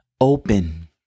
open